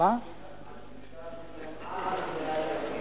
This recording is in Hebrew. השביתה היא מעל 100 ימים.